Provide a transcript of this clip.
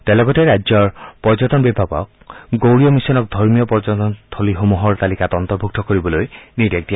তেওঁ লগতে ৰাজ্যৰ পৰ্যটন বিভাগক গৌৰীয় মিছনক ধৰ্মীয় পৰ্যটনথলীসমূহৰ তালিকাত অন্তৰ্ভূক্ত কৰিবলৈ নিৰ্দেশ দিয়ে